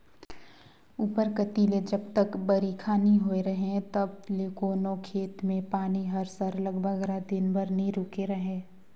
उपर कती ले जब तक बरिखा नी होए रहें तब ले कोनोच खेत में पानी हर सरलग बगरा दिन बर नी रूके रहे